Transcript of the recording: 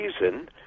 reason